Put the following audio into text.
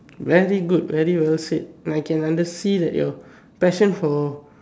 very good very well said I can under see that your passion for